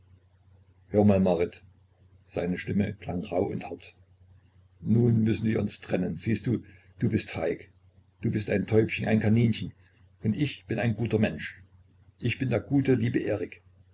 hör mal marit seine stimme klang rauh und hart nun müssen wir uns trennen siehst du du bist feig du bist ein täubchen ein kaninchen und ich bin ein guter mensch ich bin der gute liebe erik